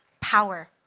power